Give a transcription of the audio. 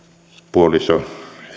puoliso